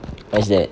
what is that